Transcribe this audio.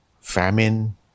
famine